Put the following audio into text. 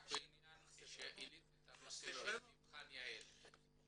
העלית את נושא תכנית יעל.